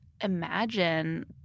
Imagine